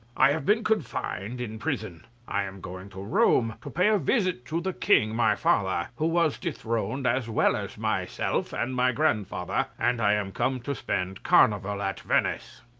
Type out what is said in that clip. i have been confined in prison i am going to rome, to pay a visit to the king, my father, who was dethroned as well as myself and my grandfather, and i am come to spend the carnival at venice.